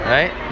Right